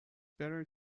better